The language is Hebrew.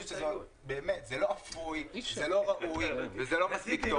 זה לא אפוי, זה לא ראוי וזה לא מספיק טוב.